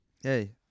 hey